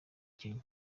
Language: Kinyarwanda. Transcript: kenya